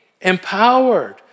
empowered